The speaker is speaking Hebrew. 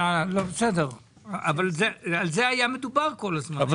על זה היה מדובר כל הזמן.